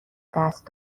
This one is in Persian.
دست